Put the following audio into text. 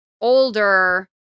older